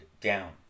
down